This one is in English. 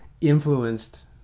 influenced